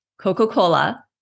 Coca-Cola